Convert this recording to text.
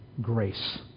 Grace